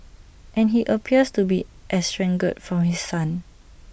and he appears to be estranged from his son